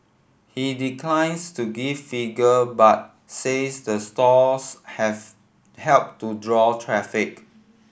he declines to give figure but says the stores have helped to draw traffic